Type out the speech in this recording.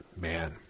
Man